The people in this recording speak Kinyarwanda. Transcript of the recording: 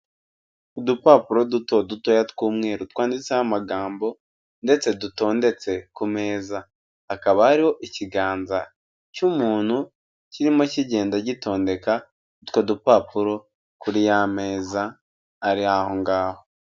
Udupapuro duto dutoya tw'umweru twanditseho amagambo ndetse dutondetse ku meza, hakaba hariho ikiganza cy'umuntu kirimo kigenda gitondeka utwo dupapuro kuri y'ameza ari aho ngaho.